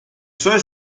suoi